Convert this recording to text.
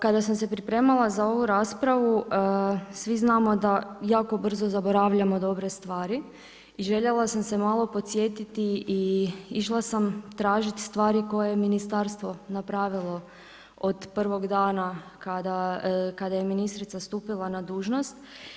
Kada sam se pripremala za ovu raspravu, svi znamo da jako brzo zaboravljamo dobre stvari i željela sam se malo podsjetiti i išla sam tražiti stvari koje je ministarstvo napravilo od prvog dana kada je ministrica stupila na dužnost.